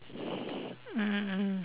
mm mm mm